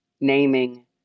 naming